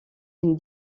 une